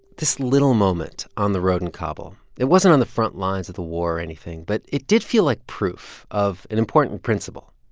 this little moment on the road in kabul it wasn't on the front lines of the war or anything, but it did feel like proof of an important principle.